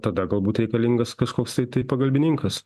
tada galbūt reikalingas kažkoks tai tai pagalbininkas